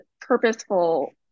purposeful